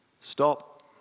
Stop